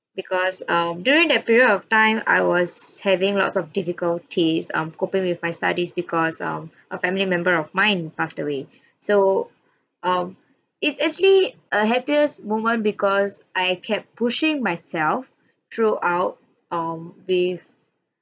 because um during that period of time I was having lots of difficulties um coping with my studies because um a family member of mine passed away so um it's actually a happiest moment because I kept pushing myself through out um with